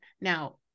now